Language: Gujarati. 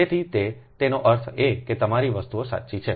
તેથી તેતેનો અર્થ એ કે તમારી વસ્તુઓ સાચી છે